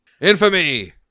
Infamy